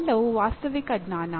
ಅವೆಲ್ಲವೂ ವಾಸ್ತವಿಕ ಜ್ಞಾನ